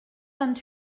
vingt